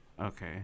okay